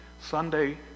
Sunday